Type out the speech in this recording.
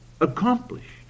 Accomplished